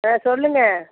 ஆ சொல்லுங்கள்